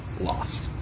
lost